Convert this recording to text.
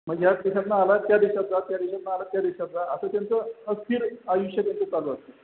म्हणजे या देशातनं आलात त्या देशात जा त्या देशातनं आलात त्या देशात जा असं त्यांचं अस्थिर आयुष्य त्यांचं चालू असतं